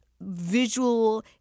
visual